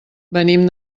venim